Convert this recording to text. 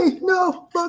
no